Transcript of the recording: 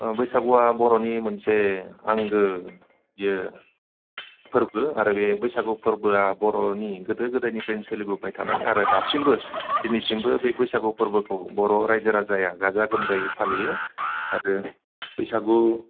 अ बैसागुआ बर'नि मोनसे आंगो बेयो फोरबो आरो बे बैसागु फोरबोआ बर'नि गोदो गोदायनिफ्रायनो सोलिबोबाय थानाय आरो दासिमबो दिनैसिमबो बे बैसागु फोरबोखौ बर' रायजो राजाया गाजा गोमजायै फालियो आरो बैसागु